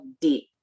deep